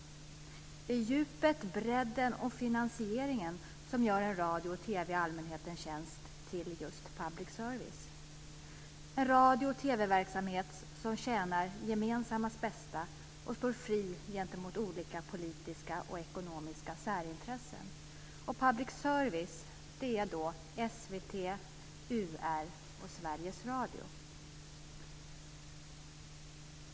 Det är djupet, bredden och finansieringen som gör en radio och TV i allmänhetens tjänst till just public service, en radio och TV verksamhet som tjänar det gemensammas bästa och står fri gentemot olika politiska och ekonomiska särintressen. Public service är då SVT, UR och Sveriges Radio.